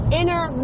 inner